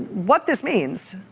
what this means